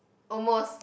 almost